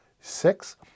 six